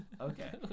Okay